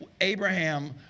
Abraham